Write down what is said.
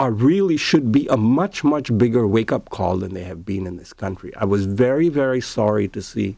are really should be a much much bigger wake up call and they have been in this country i was very very sorry to see